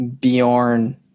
Bjorn